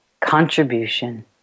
contribution